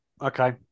Okay